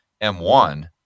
M1